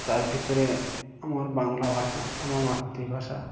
তার ভিতরে আমার বাংলা ভাষা আমার মাতৃভাষা